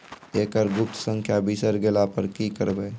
एकरऽ गुप्त संख्या बिसैर गेला पर की करवै?